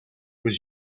was